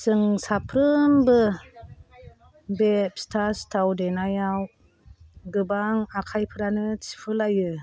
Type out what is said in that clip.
जों साफ्रोमबो बे फिथा सिथाव देनायाव गोबां आखायफ्रानो थिफु लायो